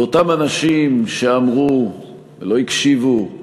ואותם אנשים שאמרו ולא הקשיבו,